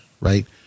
right